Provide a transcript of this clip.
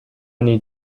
need